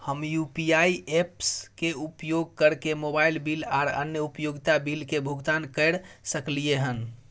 हम UPI apps के उपयोग कैरके मोबाइल बिल आर अन्य उपयोगिता बिल के भुगतान कैर सकलिये हन